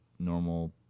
Normal